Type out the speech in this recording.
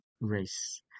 race